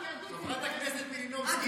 חברת הכנסת מלינובסקי,